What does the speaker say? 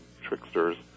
tricksters